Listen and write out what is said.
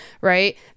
Right